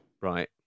Right